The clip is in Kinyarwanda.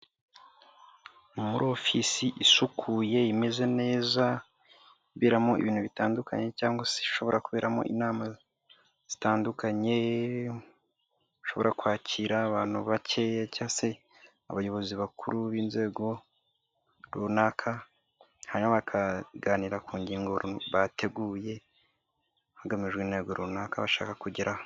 Muri ofisi isukuye imeze neza iberamo ibintu bitandukanye cyangwa se ishobora kuberamo inama zitandukanye ishobora kwakira abantu bakeya cyangwa se abayobozi bakuru b'inzego runaka, hanyuma bakaganira ku ngingo bateguye hagamijwe intego runaka bashaka kugeraho.